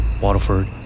Waterford